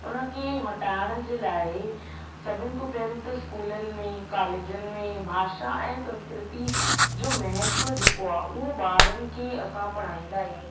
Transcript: उनखे हटाइण जे लाइ सभिन खां पहिरों त स्कूलनि में कॉलेजनि में भाषा ऐं संस्कृती जो महत्व जेको आहे उहो ॿारनि खे असां पढ़ाईंदा आहियूं